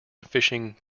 fishing